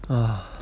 ugh